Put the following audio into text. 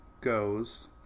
goes